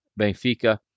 Benfica